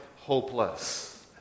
hopeless